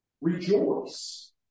rejoice